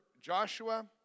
Joshua